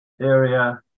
area